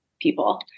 people